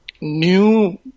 new